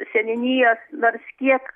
seniūnijos nors kiek